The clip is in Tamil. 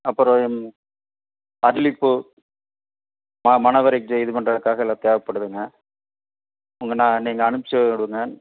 அப்புறம் இந் அரளிப்பூ ம மணவறைக்கு இது பண்ணுறதுக்காக எல்லாம் தேவைப்படுதுங்க உங்கள் நான் நீங்கள் அனுப்ச்சுவிடுங்க